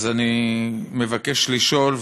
אני מבקש לשאול,